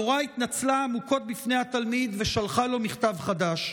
המורה התנצלה עמוקות בפני התלמיד ושלחה לו מכתב חדש,